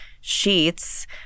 sheets